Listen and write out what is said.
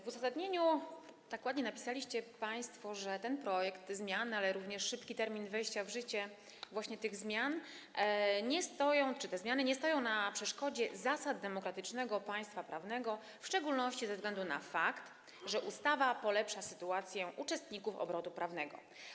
W uzasadnieniu ładnie państwo napisaliście, że ten projekt zmian, ale również szybki termin wejścia w życie tych zmian czy też te zmiany nie stoją na przeszkodzie zasadom demokratycznego państwa prawnego w szczególności ze względu na fakt, że ustawa polepsza sytuację uczestników obrotu prawnego.